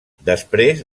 després